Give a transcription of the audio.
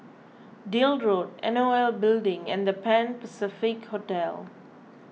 Deal Road N O L Building and the Pan Pacific Hotel